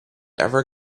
ever